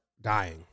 dying